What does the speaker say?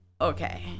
okay